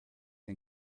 ein